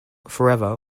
forever